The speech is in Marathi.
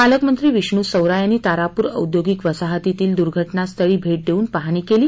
पालकमंत्री विष्णू सवरा यांनी तारापूर औद्योगिक वसाहतीतील दुर्घटना स्थळी भेट देवून पाहणी केली